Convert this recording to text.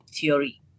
theory